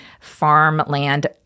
farmland